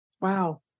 wow